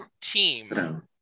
team